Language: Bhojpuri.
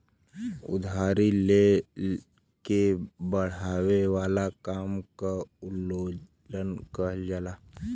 उधारी ले के बड़ावे वाला काम के उत्तोलन कहल जाला